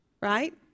right